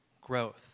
growth